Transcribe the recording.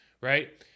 right